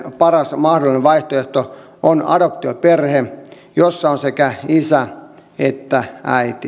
paras mahdollinen vaihtoehto on adoptioperhe jossa on sekä isä että äiti